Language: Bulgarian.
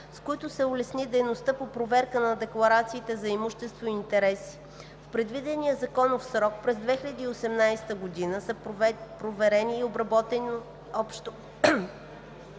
с които се улесни дейността по проверка на декларациите за имущество и интереси. В предвидения законов срок през 2018 г. са проверени и обработени 4766